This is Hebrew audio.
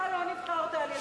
אתה לא נבחרת על-ידי ציבור.